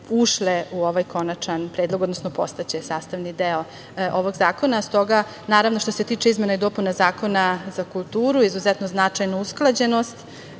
ušle u ovaj konačan, odnosno postaće sastavni deo ovog zakona. Stoga, što se tiče izmena i dopuna Zakona za kulturu, izuzetno značajna usklađenost